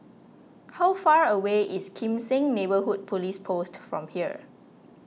how far away is Kim Seng Neighbourhood Police Post from here